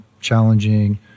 challenging